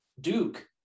Duke